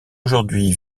aujourd’hui